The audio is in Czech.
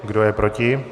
Kdo je proti?